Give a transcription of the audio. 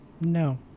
No